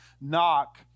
knock